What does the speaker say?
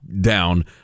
down